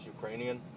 Ukrainian